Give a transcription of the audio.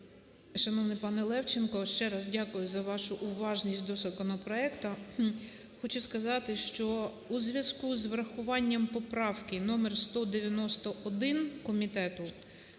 шановний пане Левченко. Ще раз дякую за вашу уважність до законопроекту. Хочу сказати, що у зв'язку з врахуванням поправки номер 191 комітету,